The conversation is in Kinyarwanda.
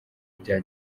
bya